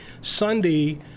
sunday